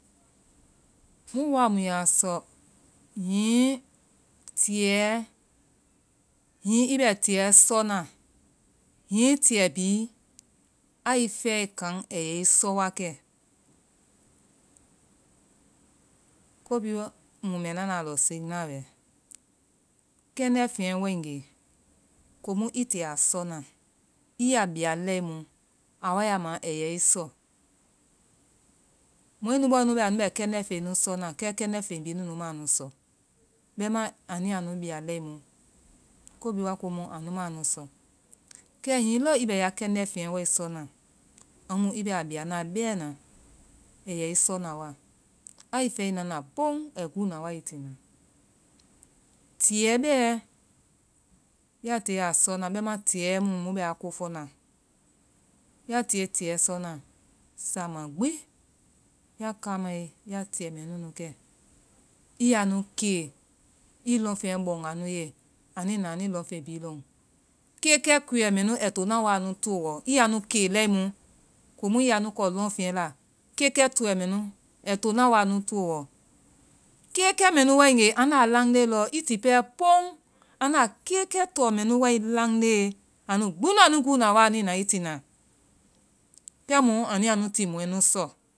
Mu wa mu ya sɔhiŋi tiɛ, hiŋi i bɛ tiɛ sɔna, hiŋi tiɛ bi, ai fɛe kaŋ a yɛ sɔwa kɛ. Ko bi wa mu mɛ nana siŋna wɛ. Kɛndɛ́feŋ wae ŋge, komu ii ti a sɔna, ii ya bia lɛmu, a wa ya ma a yɛ i sɔ. Mɔ́enu bɔ́nu bɛanu bɛkɛndɛ́feŋnu sɔ́na, kɛ kɛndɛ́feŋ bi nunu ma nu sɔ́. Bɛma anu ya nu bia lɛmu. Ko bi wa wa komu anu ma nu sɔ. Kɛ hiŋi lɔɔii bɛ ya kɛndɛ́feŋ wae sɔna, amu ii bɛ a biana bɛna, a yɛ i sɔ́na wa. ai fɛe nana poŋńn, ai goó na wa i tina. Tiɛ bɛ, ya tie a sɔna. Bɛma tiɛ mu mubɛa ko fɔna. Ya tie tiɛsɔna, sama gbi ya kamae, ya tiɛ mɛ nunu kɛ, i ya nu ke, ii lɔŋfeŋ bɔ́ŋ anu ye. Anui na, anui lɔŋfeŋ bi lɔŋ. Kekɛ kuɛ mɛ nu, ai to na wa anu toɔ. Ii ya nu kɛ lɛmu, ko mu ii ya nu ko lɔŋfeŋ la. Kekɛ kuɛ mɛ nu, ai to na wa anu toɔ. Kekɛ mɛ nu wai ŋge aŋda laaŋde lɔ, i ti pɛ poŋńn, aŋnda kekɛ tɔ mɛ nu wai laŋde, anu gbi nu, anui goó na wai anui na i tina. Kɛmu anui a nu timɔ sɔ́.